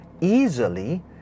easily